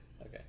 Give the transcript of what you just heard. Okay